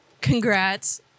Congrats